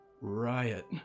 Riot